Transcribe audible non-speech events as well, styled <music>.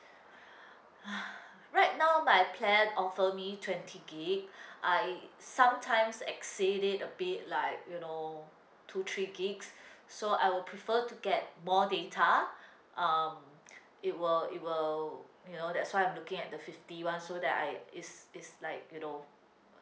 <breath> right now my plan offer me twenty gig I sometimes exceed it a bit like you know two three gigs so I will prefer to get more data um it will it will you know that's why I'm looking at the fifty [one] so that I it's it's like you know